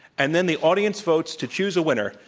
and then the audience votes to choose a winner,